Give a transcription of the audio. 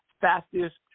fastest